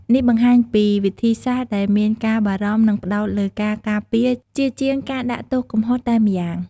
នេះបង្ហាញពីវិធីសាស្រ្តដែលមានការបារម្ភ និងផ្តោតលើការការពារ ជាជាងការដាក់ទោសកំហុសតែម្យ៉ាង។